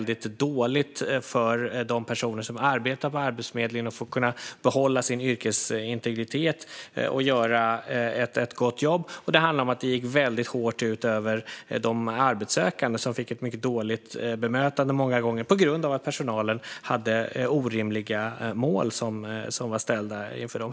De som arbetade på Arbetsförmedlingen hade svårt att behålla sin yrkesintegritet och kunna göra ett gott jobb, vilket gick väldigt hårt ut över de arbetssökande, som många gånger fick ett mycket dåligt bemötande på grund av att personalen hade orimligt ställda mål.